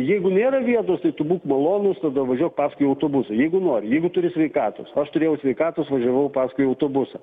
jeigu nėra vietos tai tu būk malonūs tada važiuok paskui autobusą jeigu nori jeigu turi sveikatos aš turėjau sveikatos važiavau paskui autobusą